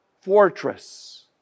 fortress